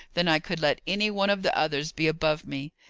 than i could let any one of the others be above me.